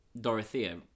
Dorothea